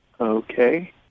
Okay